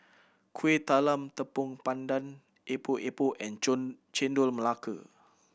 Kuih Talam Tepong Pandan Epok Epok and Chendol Melaka